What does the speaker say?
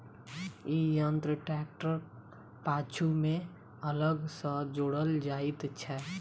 ई यंत्र ट्रेक्टरक पाछू मे अलग सॅ जोड़ल जाइत छै